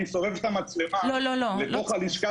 אני מסובב את המצלמה לתוך הלשכה